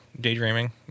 daydreaming